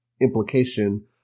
implication